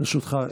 סוף-סוף.